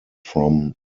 from